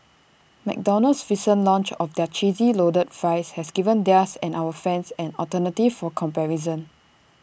McDonald's recent launch of their cheesy loaded fries has given theirs and our fans an alternative for comparison